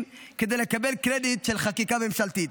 כדי לקבל קרדיט של חקיקה ממשלתית,